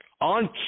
On